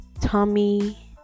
Tommy